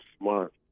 smart